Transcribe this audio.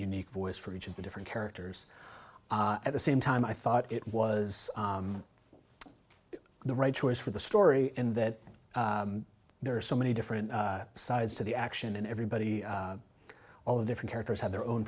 unique voice for each of the different characters at the same time i thought it was the right choice for the story in that there are so many different sides to the action and everybody all the different characters have their own